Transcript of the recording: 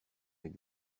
êtes